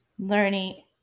learning